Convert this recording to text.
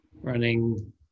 running